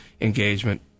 engagement